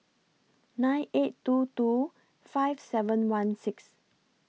nine eight two two five seven one six